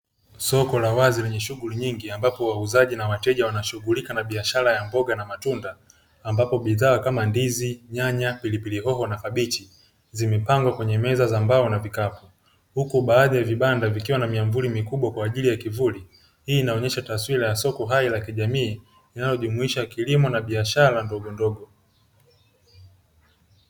Soko la wazi lenye shughuli nyingi ambapo wauzaji na wateja wanashughulika na biashara za mboga na matunda ambapo bidhaa kama: ndizi, nyanya, ndizi, pilipili hoho na kabichi; zimepangwa katika meza za mbao na vikapu. Huku baadhi ya vibanda vikiwa na myamvuli mikubwa kwa ajili ya kivuli. Hii inaonyesha taswira ya soko hai la kijamii linaojumuisha kilimo na biashara ndogondogo.